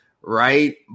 right